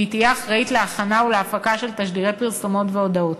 והיא תהיה אחראית להכנה ולהפקה של תשדירי פרסומת והודעות,